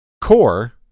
core